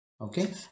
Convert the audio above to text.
Okay